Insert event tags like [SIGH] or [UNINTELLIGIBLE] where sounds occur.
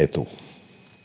[UNINTELLIGIBLE] etu